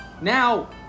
Now